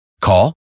Call